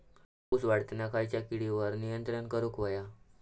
ऊस वाढताना खयच्या किडींवर नियंत्रण करुक व्हया?